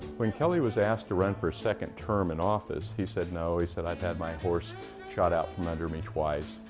when kelley was asked to run for second term in office, he said no. he said, i had my horse shot out from under me twice,